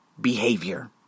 behavior